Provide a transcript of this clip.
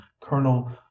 Colonel